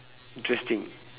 interesting